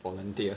volunteer